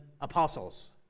apostles